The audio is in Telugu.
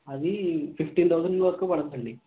అది ఫిఫ్టీన్ థౌసండ్ వరకు పడచ్చు అండి